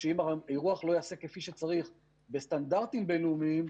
שאם האירוח לא ייעשה כפי שצריך בסטנדרטים בין-לאומיים,